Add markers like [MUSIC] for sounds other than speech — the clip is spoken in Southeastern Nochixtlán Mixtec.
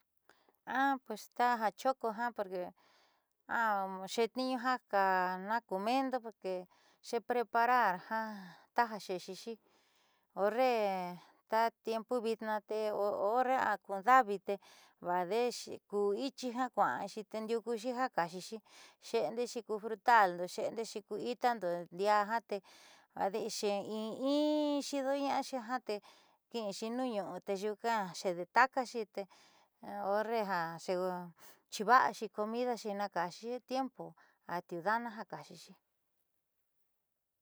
Pues taja choko ja porque a xeetniiñu ja ka k [HESITATION] endo porque xepreparar ja taja xe'exi horre ta tiempo vitnaa tee horre akun davi tee vaade'e kuuichi jiaa kua'anxi tendiukuxi ja kaaxixi xe'endexiku frutalndo xe'endexi ku itando ndiaa jiaa tee vaade'e xeeinxi xiidona'axi jiaa tee ki'inxi nuunu'u tenyuuka xede taakaxi tee horre ja chiiva'axi comidaxi naaka'axixi tiempo atiudaana ja kaaxixi.